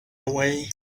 away